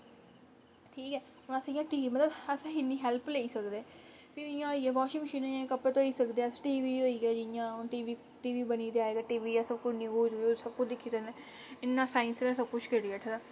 ठीक ऐ हून अस इ'यां मतलब असें इ'न्नी हेल्प लेई सकदे फिर इ'यां होइया वॉशिंग मशीन च कपडे़ धोई सकदे अस टी वी होई गेआ जि'यां हून टी वी बनी दी अज्जकल टी वी फोनै च सब कुछ दिक्खी सकने इ'न्ना साइंस ने सब कुछ करी बैठे दा